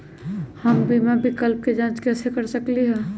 हम बीमा विकल्प के जाँच कैसे कर सकली ह?